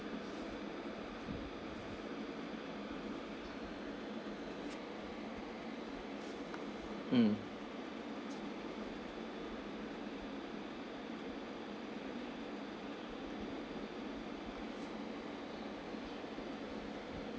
mm